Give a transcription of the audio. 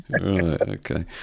Okay